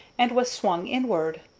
and was swung inward.